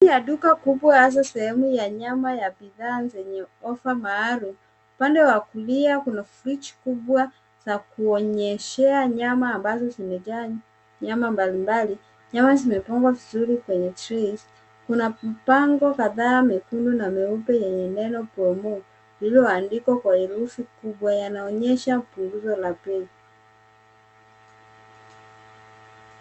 Sehemu ya duka kubwa hasa sehemu ya nyama ya bidhaa zenye ofa maalum. Upande wa kulia kuna fridge kubwa za kuonyeshea nyama ambazo zimejaa nyama mbalimbali. Nyama zimepangwa vizuri kwenye trays . Kuna mabango kadhaa mekundu na meupe yenye neno PROMO lililoandikwa kwa herufi kubwa yanaonyesha punguzo la bei.